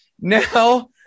Now